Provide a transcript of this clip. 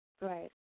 Right